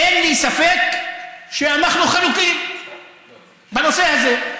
אין לי ספק שאנחנו חלוקים בנושא הזה.